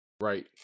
Right